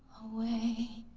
away